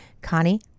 Connie